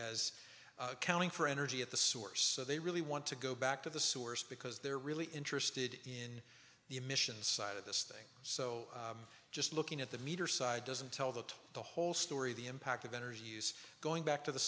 as accounting for energy at the source so they really want to go back to the source because they're really interested in the emissions side of this thing so just looking at the meter side doesn't tell that the whole story the impact of energy use going back to the